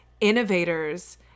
innovators